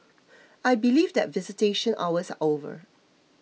I believe that visitation hours are over